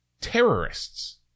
terrorists